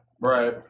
Right